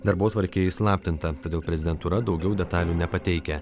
darbotvarkė įslaptinta todėl prezidentūra daugiau detalių nepateikia